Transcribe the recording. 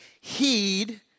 heed